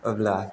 अब्ला